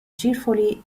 cheerfully